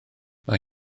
mae